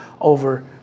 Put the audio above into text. over